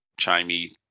chimey